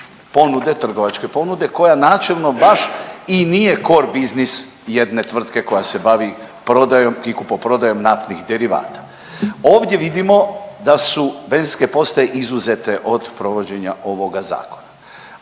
ponude, trgovačke ponude koja načelno baš i nije core business jedne tvrtke koja se bavi prodajom i kupoprodajom naftnih derivata. Ovdje vidimo da su benzinske postaje izuzete od provođenja ovoga zakona.